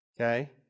Okay